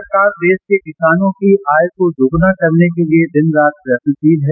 सरकार देश के किसानों की आय को दोगुना करने के लिए दिन रात प्रयत्नशील है